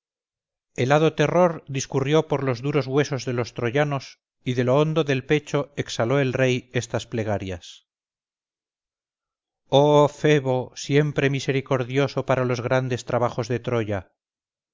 helado terror discurrió por los duros huesos de los troyanos y de lo hondo del pecho exhaló el rey estas plegarias oh febo siempre misericordioso para los grandes trabajos de troya